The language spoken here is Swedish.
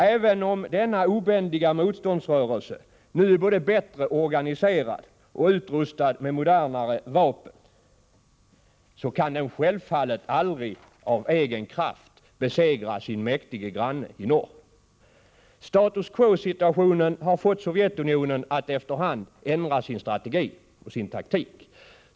Även om denna obändiga motståndsrörelse nu är både bättre organiserad och utrustad med modernare vapen än tidigare, kan den självfallet aldrig av egen kraft besegra sin mäktiga granne i norr. Status quo-situationen har fått Sovjetunionen att efter hand ändra sin strategi och sin taktik.